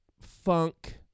funk